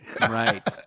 Right